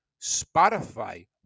spotify